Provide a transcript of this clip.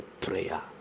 prayer